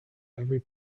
every